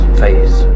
face